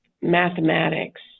mathematics